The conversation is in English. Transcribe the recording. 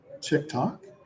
TikTok